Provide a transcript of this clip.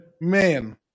man